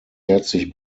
herzlich